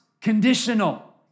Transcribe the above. conditional